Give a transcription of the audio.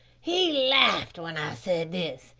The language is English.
he laughed when i said this,